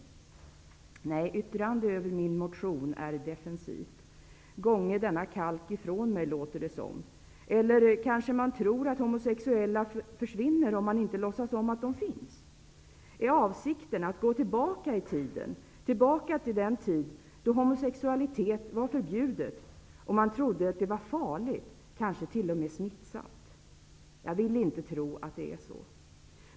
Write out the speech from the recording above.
Nej, yttrandet över min motion är defensivt. Gånge denna kalk ifrån mig, låter det som. Eller kanske man tror att homosexuella försvinner om man inte låtsas om att de finns. Är avsikten att gå tillbaka i tiden, tillbaka till den tid då homosexualitet var förbjuden och man trodde det var farligt, kanske t.o.m. smittsamt? Jag vill inte tro att det är så.